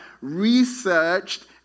researched